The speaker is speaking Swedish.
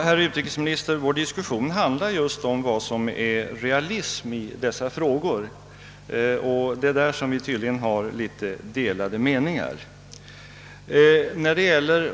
Herr talman! Vår diskussion, herr utrikesminister, handlar just om vad som är realism i dessa frågor. Det är på den punkten som vi tydligen har litet delade meningar.